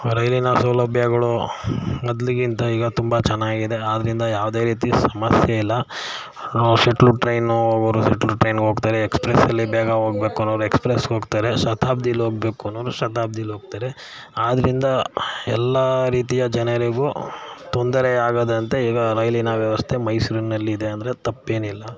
ರೈಲಿನ ಸೌಲಭ್ಯಗಳು ಮೊದಲಿಗಿಂತ ಈಗ ತುಂಬ ಚೆನ್ನಾಗಿದೆ ಆದರಿಂದ ಯಾವುದೇ ರೀತಿ ಸಮಸ್ಯೆಯಿಲ್ಲ ಶೆಟ್ಲು ಟ್ರೈನು ಹೋಗೋರು ಶೆಟ್ಲ್ ಟ್ರೈನಿಗೆ ಹೋಗ್ತಾರೆ ಎಕ್ಸ್ಪ್ರೆಸ್ಸಲ್ಲಿ ಬೇಗ ಹೋಗ್ಬೇಕು ಅನ್ನೋರು ಎಕ್ಸ್ಪ್ರೆಸ್ಸಿಗೆ ಹೋಗ್ತಾರೆ ಶತಾಬ್ದಿಯಲ್ಲಿ ಹೋಗ್ಬೇಕು ಅನ್ನೋರು ಶತಾಬ್ದಿಯಲ್ಲಿ ಹೋಗ್ತಾರೆ ಆದ್ದರಿಂದ ಎಲ್ಲ ರೀತಿಯ ಜನರಿಗೂ ತೊಂದರೆಯಾಗದಂತೆ ಈಗ ರೈಲಿನ ವ್ಯವಸ್ಥೆ ಮೈಸೂರಿನಲ್ಲಿದೆ ಅಂದರೆ ತಪ್ಪೇನಿಲ್ಲ